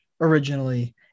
originally